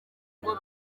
ngo